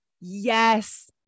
yes